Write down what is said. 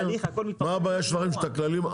מה הבעיה שלכם שאת הכללים,